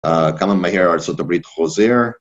כמה מהיר ארצות הברית חוזר